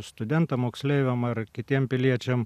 studentam moksleiviam ar kitiem piliečiam